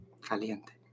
Caliente